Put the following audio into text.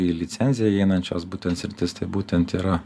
į licenziją įeinančios būtent sritys tai būtent yra